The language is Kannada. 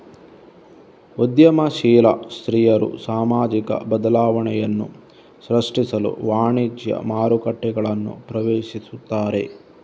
ಉದ್ಯಮಶೀಲ ಸ್ತ್ರೀಯರು ಸಾಮಾಜಿಕ ಬದಲಾವಣೆಯನ್ನು ಸೃಷ್ಟಿಸಲು ವಾಣಿಜ್ಯ ಮಾರುಕಟ್ಟೆಗಳನ್ನು ಪ್ರವೇಶಿಸುತ್ತಾರೆ